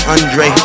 Andre